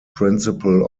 principle